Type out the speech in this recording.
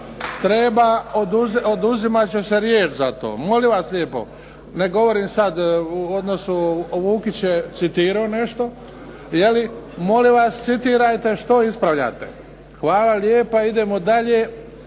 navod oduzimat će se riječ za to. Molim vas lijepo, ne govorim u odnosu, Vukić je citirao nešto. Molim vas, citirajte što ispravljate. Hvala lijepa. Idemo dalje.